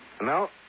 No